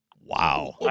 Wow